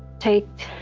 take